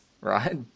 Right